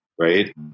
right